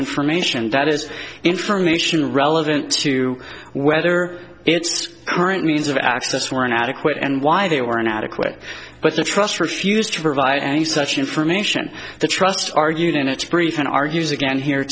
information that is information relevant to whether its current means of access were inadequate and why they were inadequate but the trust refused to provide any such information the trust argued in its brief and argues again here